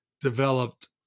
developed